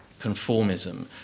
conformism